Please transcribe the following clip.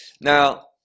Now